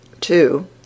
Two